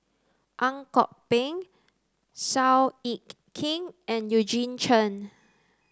Ang Kok Peng Seow Yit Kin and Eugene Chen